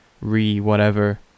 re-whatever